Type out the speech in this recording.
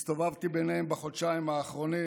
הסתובבתי ביניהם בחודשיים האחרונים